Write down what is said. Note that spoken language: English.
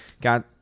got